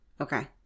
Okay